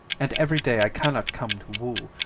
and every day i cannot come to woo.